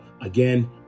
again